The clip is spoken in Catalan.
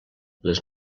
les